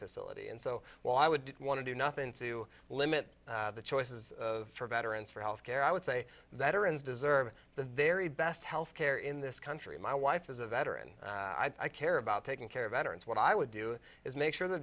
facility and so while i would want to do nothing to limit the choices of veterans for health care i would say that arinze deserve the very best health care in this country my wife is a veteran i care about taking care of veterans what i would do is make sure th